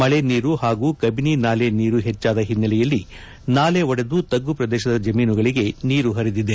ಮಳೆ ನೀರು ಹಾಗೂ ಕಬಿನಿ ನಾಲೆ ನೀರು ಹೆಚ್ಚಾದ ಹಿನ್ನೆಲೆಯಲ್ಲಿ ನಾಲೆ ಒಡೆದು ತಗ್ಗು ಪ್ರದೇಶದ ಜಮೀನುಗಳಿಗೆ ನೀರು ಹರಿದಿದೆ